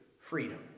freedom